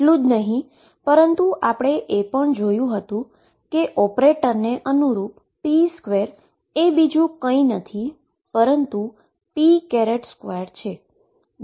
એટલું જ નહીં કે આપણે એ પણ જોયું હતુ કે ઓપરેટરને અનુરૂપ p2 એ બીજુ કઈ નથી પરંતુ p2 છે